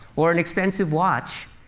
or an expensive watch,